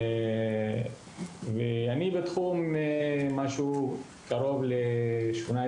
אני קרוב ל-18